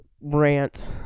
rant